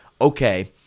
okay